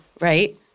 right